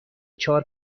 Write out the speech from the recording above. چهار